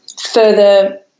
further